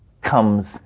comes